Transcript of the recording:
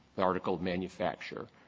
the article of manufacture,